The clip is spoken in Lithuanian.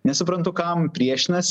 nesuprantu kam priešinas